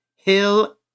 Hill